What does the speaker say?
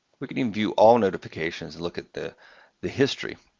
we can can view all notifications and look at the the history.